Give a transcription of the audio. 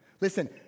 Listen